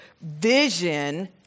vision